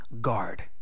guard